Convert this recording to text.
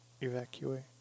evacuate